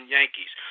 Yankees